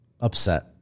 upset